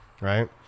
right